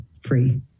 free